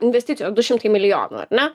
investicijos du šimtai milijonų ar ne